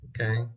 Okay